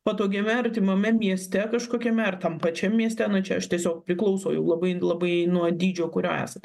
patogiame artimame mieste kažkokiame ar tam pačiam mieste na čia aš tiesiog priklauso labai labai nuo dydžio kurio esate